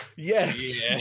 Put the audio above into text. Yes